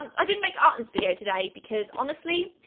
um i didn't make art in this video today because honestly,